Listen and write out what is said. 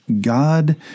God